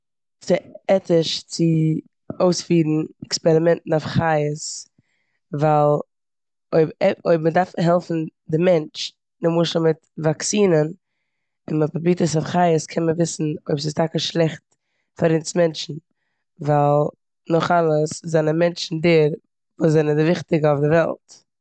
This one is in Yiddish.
ס'איז עטיש צו אויספירן עקספרימענטן אויף חיות ווייל אויב ע- אויב מ'דארף העלפן די מענטש למשל מיט וואקסינען און מ'פרובירט עס אויף חיות קען מען וויסן אויב ס'איז טאקע שלעכט פאר אונז מענטשן ווייל נאך אלעס זענען מענטשן דער וואס זענען די וויכטיגע אויף די וועלט.